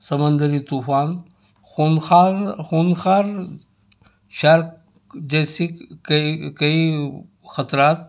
سمندری طوفان خونخوار خونخوار شارک جیسے کئی کئی خطرات